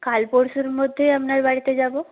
কাল পরশুর মধ্যেই আপনার বাড়িতে যাব